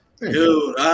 Dude